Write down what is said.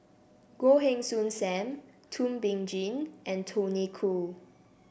Goh Heng Soon Sam Thum Ping Tjin and Tony Khoo